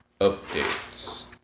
Updates